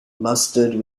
mustard